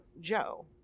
Joe